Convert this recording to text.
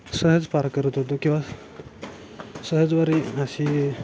सहज पार करत होतो किंवा सहजवारी अशी